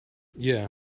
yeah